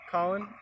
Colin